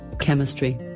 chemistry